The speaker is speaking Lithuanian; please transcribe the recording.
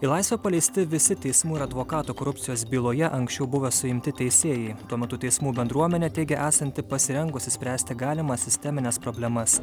į laisvę paleisti visi teismų ir advokatų korupcijos byloje anksčiau buvę suimti teisėjai tuo metu teismų bendruomenė teigė esanti pasirengusi spręsti galimas sistemines problemas